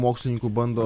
mokslininkų bando